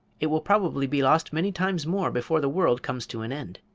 it will probably be lost many times more before the world comes to an end.